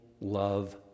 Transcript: love